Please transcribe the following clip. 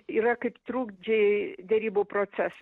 yra kaip trukdžiai derybų proceso